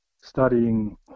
studying